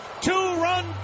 two-run